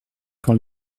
quand